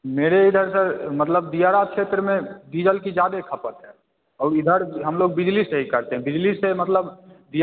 मेरे इधर सर अ मतलब दियरा क्षेत्र में डीजल की ज्यादे खपत है और इधर हम लोग बिजली से ही करते हैं बिजली से मतलब दि